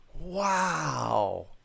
Wow